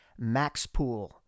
MAXPOOL